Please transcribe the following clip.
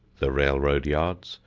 the railroad yards,